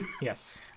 Yes